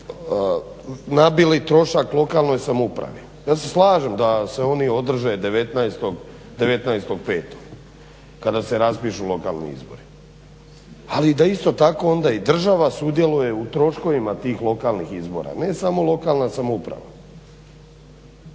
nabili trošak lokalnoj samoupravi. ja se slažem da se oni održe 19.5.kada se raspišu lokalni izbori, ali da isto tako onda i država sudjeluje u troškovima tih lokalnih izbora, ne samo lokalna samouprava.